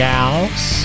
Gals